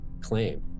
claim